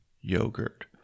yogurt